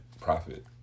Profit